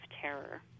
terror